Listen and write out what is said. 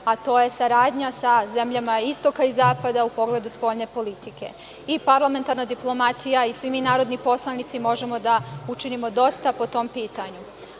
a to je saradnja sa zemljama istoka i zapada u pogledu spoljne politike i parlamentarna diplomatija i svi mi narodni poslanici možemo da učinimo dosta po tom pitanju. Kao